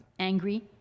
angry